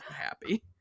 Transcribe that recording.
happy